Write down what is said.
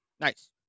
Nice